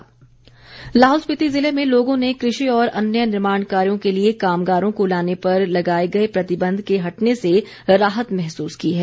DC Lahaul Lahaul Spiti ज़िले में लोगों ने कृषि और अन्य निर्माण कार्यों के लिए कामगारों को लाने पर लगाए गए प्रतिबंध के हटने से राहत महसूस की है